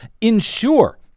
ensure